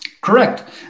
Correct